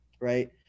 right